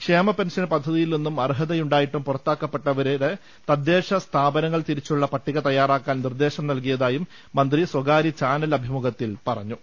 ക്ഷേമപെൻഷൻ പദ്ധതിയിൽ നിന്നും അർഹതയുണ്ടായിട്ടും പുറത്താക്കപ്പെട്ടവരുടെ തദ്ദേശസ്ഥാപന ങ്ങൾ തിരിച്ചുള്ള പട്ടികതയ്യാറാക്കാൻ നിർദേശം നൽകിയതായും മന്ത്രി സ്വകാര്യ ചാനൽ അഭിമുഖത്തിൽ പറഞ്ഞു